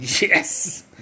Yes